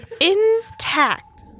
Intact